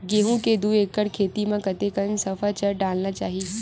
गेहूं के दू एकड़ खेती म कतेकन सफाचट डालना चाहि?